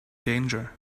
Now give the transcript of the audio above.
danger